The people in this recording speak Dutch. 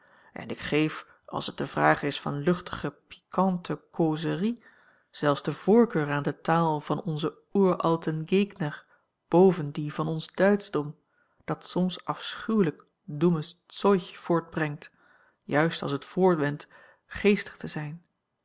en ik geef als het de vraag is van luchtige piquante causerie zelfs de voorkeur aan de taal van onze uralten gegner boven die van ons duitschdom dat soms afschuwelijk dummes zeug voortbrengt juist als het voorwendt geestig te zijn